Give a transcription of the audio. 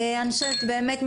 באמת,